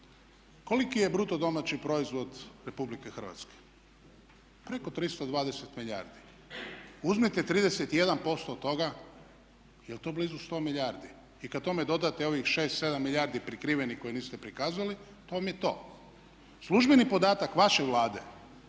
Koliki je bruto domaći proizvod Republike Hrvatske? Preko 320 milijardi. Uzmite 31% toga, je li to blizu 100 milijardi? I kad tome dodate ovih 6, 7 milijardi prikrivenih koje niste prikazali to vam je to. Službeni podatak vaše Vlade